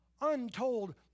untold